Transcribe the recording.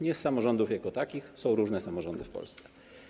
Nie z samorządów jako takich, są różne samorządy w Polsce.